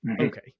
okay